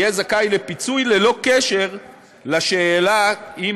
יהיה זכאי לפיצוי ללא תלות בשאלה אם